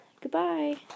Goodbye